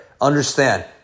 understand